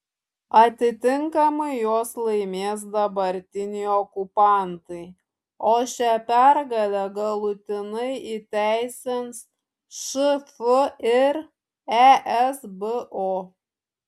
atitinkamai juos laimės dabartiniai okupantai o šią pergalę galutinai įteisins šf ir esbo